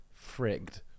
frigged